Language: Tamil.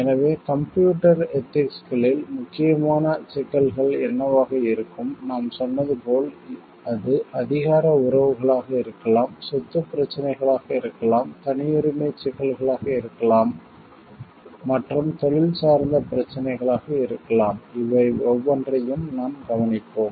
எனவே கம்ப்யூட்டர் எதிக்ஸ்களில் முக்கியமான சிக்கல்கள் என்னவாக இருக்கும் நாம் சொன்னது போல் அது அதிகார உறவுகளாக இருக்கலாம் சொத்துப் பிரச்சினைகளாக இருக்கலாம் தனியுரிமைச் சிக்கல்களாக இருக்கலாம் மற்றும் தொழில் சார்ந்த பிரச்சினைகளாக இருக்கலாம் இவை ஒவ்வொன்றையும் நாம் கவனிப்போம்